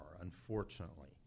unfortunately